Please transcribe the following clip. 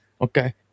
okay